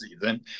season